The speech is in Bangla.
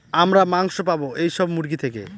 আমরা মাংস পাবো এইসব মুরগি থেকে